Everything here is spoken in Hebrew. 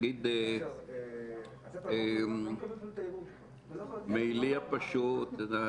מכרסמים בה ופוגעים במעמד הכנסת.